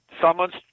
someone's